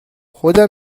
خودم